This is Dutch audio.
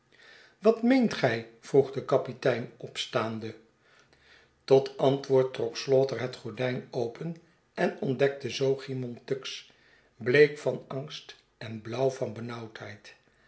wat meent gij vroeg de kapitein opstaande tot antwoord trok slaughter het gordijn open en ontdekte zoo cymon tuggs bleek van angst en blauw van benauwdheid